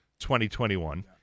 2021